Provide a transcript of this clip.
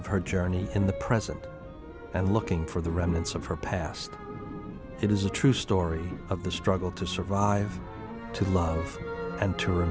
of her journey in the present and looking for the remnants of her past it is a true story of the struggle to survive to love and to